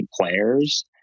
players